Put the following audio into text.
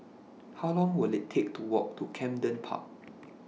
How Long Will IT Take to Walk to Camden Park